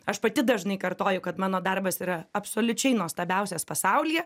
aš pati dažnai kartoju kad mano darbas yra absoliučiai nuostabiausias pasaulyje